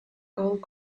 gold